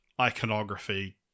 iconography